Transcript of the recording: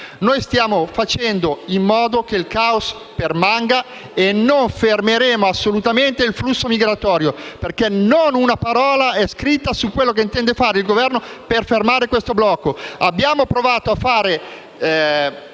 Stiamo facendo in modo che il caos permanga e non fermeremo assolutamente il flusso migratorio, perché non una parola è stata scritta su quello che intende fare il Governo per fermarlo. Abbiamo provato a